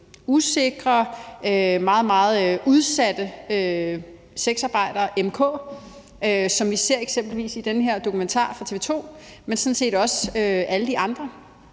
meget, meget udsatte sexarbejdere m/k, som vi eksempelvis ser i den her dokumentar fra TV 2, men der er sådan set også alle de andre,